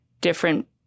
different